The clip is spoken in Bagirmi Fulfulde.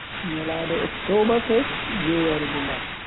Nyalande oktoberfest, je yarugo mbal.